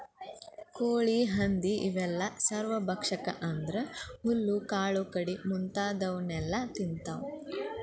ಕೋಳಿ ಹಂದಿ ಇವೆಲ್ಲ ಸರ್ವಭಕ್ಷಕ ಅಂದ್ರ ಹುಲ್ಲು ಕಾಳು ಕಡಿ ಮುಂತಾದವನ್ನೆಲ ತಿಂತಾವ